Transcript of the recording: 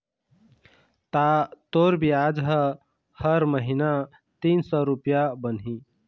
ता तोर बियाज ह हर महिना तीन सौ रुपया बनही